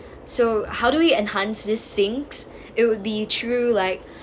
so how do we enhance this sings it would be true like